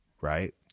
Right